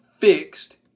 fixed